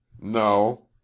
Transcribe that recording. No